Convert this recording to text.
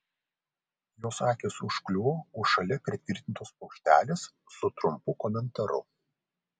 jos akys užkliuvo už šalia pritvirtintos plokštelės su trumpu komentaru